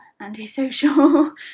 antisocial